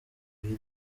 w’iri